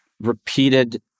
repeated